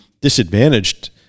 disadvantaged